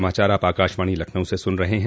यह समाचार आप आकाशवाणी लखनऊ से सुन रहे हैं